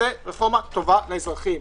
זו רפורמה טובה לאזרחים.